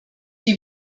die